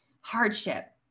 hardship